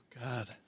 God